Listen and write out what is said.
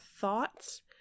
thoughts